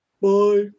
Bye